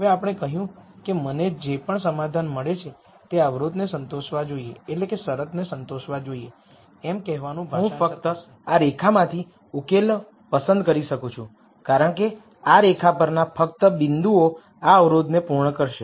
હવે આપણે કહ્યું છે કે મને જે પણ સોલ્યુશન મળે છે તે આ શરતને સંતોષવા જોઈએ એમ કહેવાનું ભાષાંતર કરશે હું ફક્ત આ રેખામાંથી સોલ્યુશન પસંદ કરી શકું છું કારણ કે આ રેખા પરના ફક્ત બિંદુઓ આ શરતને પૂર્ણ કરશે